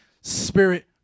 Spirit